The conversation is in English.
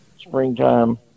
springtime